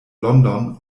london